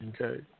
Okay